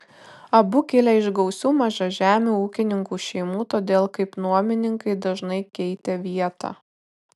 abu kilę iš gausių mažažemių ūkininkų šeimų todėl kaip nuomininkai dažnai keitė vietą